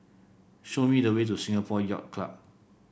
show me the way to Singapore Yacht Club